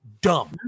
Dumb